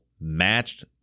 matched